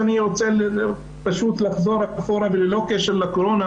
אני רוצה פשוט לחזור אחורה וללא קשר לקורונה,